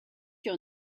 your